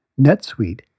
NetSuite